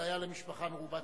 זה היה למשפחה מרובת ילדים.